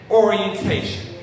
orientation